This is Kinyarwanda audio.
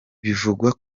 bivugwa